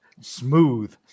smooth